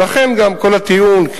ולכן גם כל הטיעון,